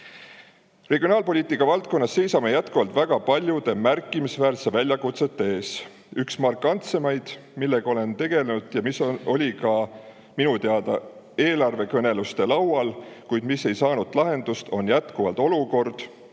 Regionaalpoliitika valdkonnas seisame jätkuvalt väga paljude märkimisväärsete väljakutsete ees. Üks markantsemaid, millega olen tegelenud ja mis oli minu teada ka eelarvekõnelustel laual, kuid mis ei saanud lahendust, on olukord,